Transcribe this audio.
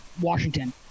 Washington